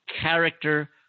character